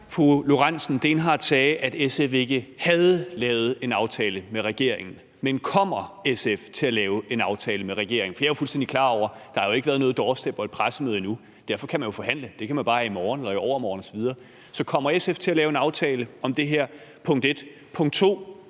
Kofod (DF): Fru Karina Lorentzen Dehnhardt sagde, at SF ikke havde lavet en aftale med regeringen. Men kommer SF til at lave en aftale med regeringen? For jeg er fuldstændig klar over, at der jo ikke har været noget doorstep og et pressemøde endnu – derfor kan man jo forhandle. Det kan man bare gøre i morgen eller i overmorgen osv. Så kommer SF til at lave en aftale om det her? Det er punkt 1.